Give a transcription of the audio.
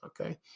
Okay